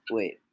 Wait